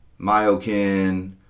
Myokin